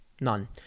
None